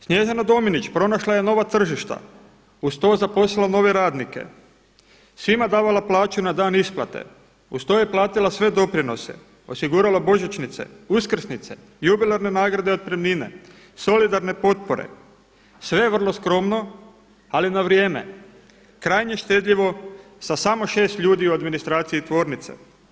Snježana Dominić pronašla je nova tržišta, uz to zaposlila nove radnike, svima davala plaću na dan isplate, uz to je platila sve doprinose, osigurala božićnice, uskrsnice, jubilarne nagrade, otpremnine, solidarne potpore, sve vrlo skromno ali na vrijeme krajnje štedljivo sa samo 6 ljudi u administraciji tvornice.